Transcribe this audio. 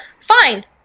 fine